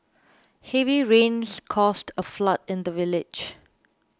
heavy rains caused a flood in the village